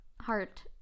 Heart